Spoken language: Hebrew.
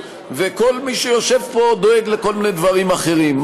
וכל מי שיושב פה דואג לכל מיני דברים אחרים.